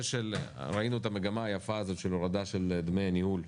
ראינו את המגמה היפה הזאת של הורדה של דמי ניהול,